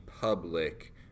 public